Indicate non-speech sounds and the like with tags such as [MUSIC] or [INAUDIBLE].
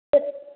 [UNINTELLIGIBLE]